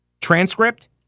transcript